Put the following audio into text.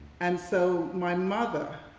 and so my mother,